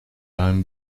i’m